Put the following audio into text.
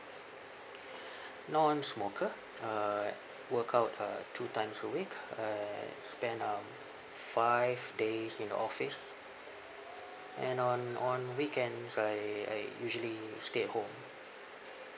non-smoker uh workout uh two times a week and spend um five days in the office and on on weekends I I usually stay at home